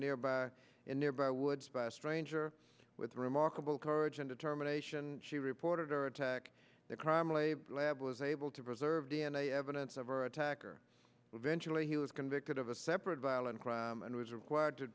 nearby in nearby woods by a stranger with remarkable courage and determination she reported her attack the crime wave lab was able to preserve d n a evidence of her attacker will eventually he was convicted of a separate violent crime and was required to